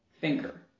finger